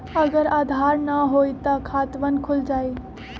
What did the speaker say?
अगर आधार न होई त खातवन खुल जाई?